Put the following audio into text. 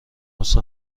نسخه